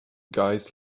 guys